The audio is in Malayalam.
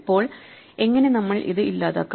ഇപ്പോൾ എങ്ങനെ നമ്മൾ ഇത് ഇല്ലാതാക്കും